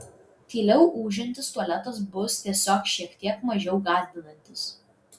tyliau ūžiantis tualetas bus tiesiog šiek tiek mažiau gąsdinantis